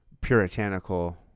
puritanical